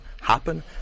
happen